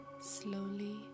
slowly